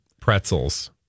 pretzels